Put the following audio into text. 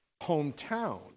hometown